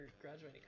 graduating